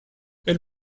elle